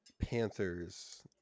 Panthers